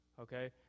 okay